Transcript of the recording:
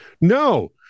No